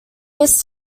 this